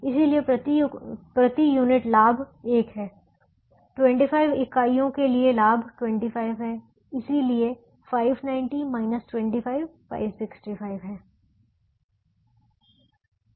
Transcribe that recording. इसलिए प्रति यूनिट लाभ 1 है 25 इकाइयों के लिए लाभ 25 है इसलिए 590 25 565 है